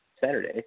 Saturday